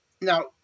Now